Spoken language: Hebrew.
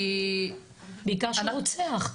בעיקר שהוא רוצח.